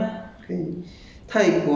不会 ah 可以吃 ah